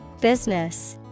Business